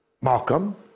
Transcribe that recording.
Malcolm